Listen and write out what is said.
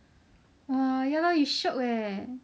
ya lor you shiok eh